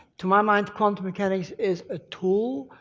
to my mind, quantum mechanics is a tool,